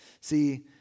See